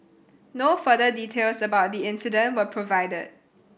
no further details about the incident were provided